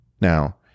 Now